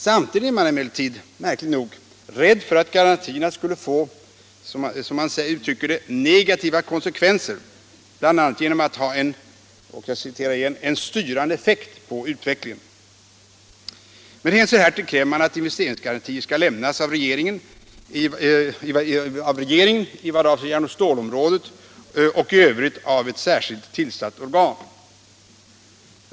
Samtidigt är man emellertid, märkligt nog, rädd för att garantierna skulle kunna få ”negativa konsekvenser”, bl.a. genom att ha ”en styrande effekt på utvecklingen”. Med hänsyn härtill kräver man att investeringsgarantier skall lämnas av regeringen i vad avser järn och stålområdet och i övrigt av ett särskilt sysselsättningssti mulerande åtgär tillsatt organ.